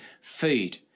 food